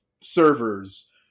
servers